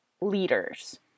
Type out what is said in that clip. leaders